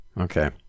Okay